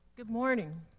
good morning.